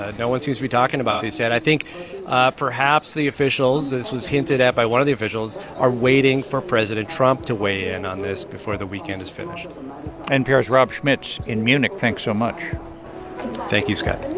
ah no one seems to be talking about this yet. i think ah perhaps the officials, as was hinted at by one of the officials, are waiting for president trump to weigh in on this before the weekend is finished npr's rob schmitz in munich, thanks so much thank you, scott